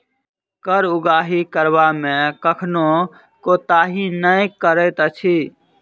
कर उगाही करबा मे कखनो कोताही नै करैत अछि